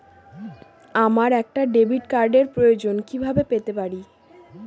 আমার একটা ডেবিট কার্ডের প্রয়োজন কিভাবে পেতে পারি?